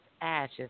ashes